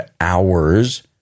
hours